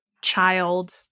child